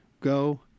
Go